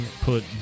put